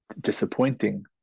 Disappointing